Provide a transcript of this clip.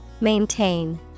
Maintain